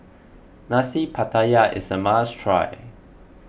Nasi Pattaya is a must try